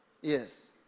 Yes